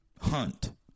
hunt